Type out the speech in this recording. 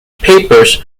papers